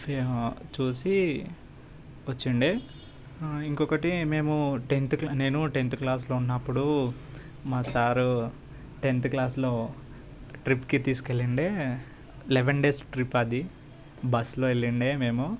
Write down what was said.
చూసి వచ్చిండే ఇంకొకటి మేము టెన్త్ క్లాస్ నేను టెన్త్ క్లాస్లో ఉన్నప్పుడు మా సారు టెన్త్ క్లాస్లో ట్రిప్కి తీసుకెళ్లండే లెవెన్ డేస్ ట్రిప్ అది బస్సులో ఎల్లిండే మేము